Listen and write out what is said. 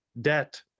Debt